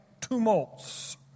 tumults